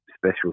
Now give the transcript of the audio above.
Special